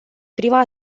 prima